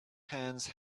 hands